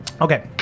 Okay